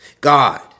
God